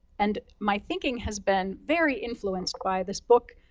and my thinking has been very influenced by this book,